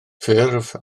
ffurf